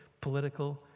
political